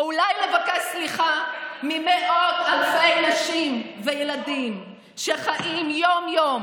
או אולי לבקש סליחה ממאות אלפי נשים וילדים שחיים יום-יום,